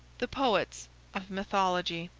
the poets of mythology